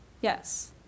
Yes